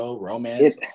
romance